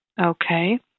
Okay